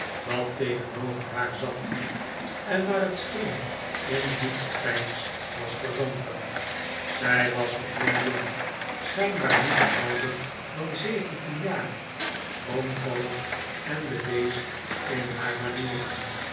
dat tegenover haar zat en naar het scheen in diep gepeins was verzonken zij was nog heel jong schijnbaar niet ouder dan zeventien jaar schroomvallig en bedeesd in haarmanieren